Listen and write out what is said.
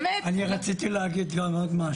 אני רציתי להגיד גם עוד משהו.